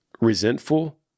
resentful